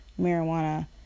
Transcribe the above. marijuana